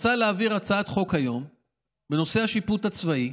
רצה להעביר היום הצעת חוק בנושא השיפוט הצבאי,